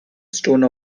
stone